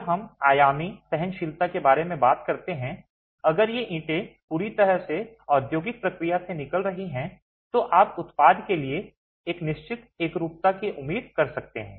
जब हम आयामी सहनशीलता के बारे में बात करते हैं अगर ये ईंटें पूरी तरह से औद्योगिक प्रक्रिया से निकल रही हैं तो आप उत्पाद के लिए एक निश्चित एकरूपता की उम्मीद कर सकते हैं